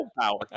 power